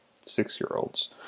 six-year-olds